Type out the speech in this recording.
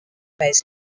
weiss